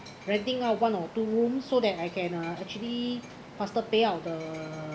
renting out one or two room so that I can actually faster payout the